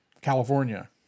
California